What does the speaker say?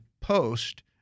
post